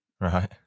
right